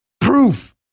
proof